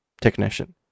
technician